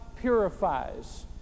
purifies